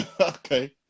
Okay